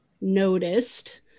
noticed